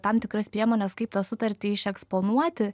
tam tikras priemones kaip tą sutartį iš eksponuoti